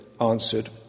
answered